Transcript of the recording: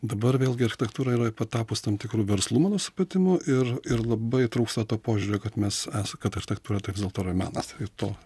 dabar vėlgi architektūra yra patapus tam tikru verslu mano supratimu ir ir labai trūksta to požiūrio kad mes esa kad architektūra tai vis dėlto yra menas tai to